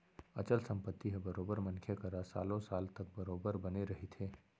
अचल संपत्ति ह बरोबर मनखे करा सालो साल तक बरोबर बने रहिथे